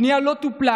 הפנייה לא טופלה.